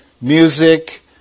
music